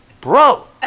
bro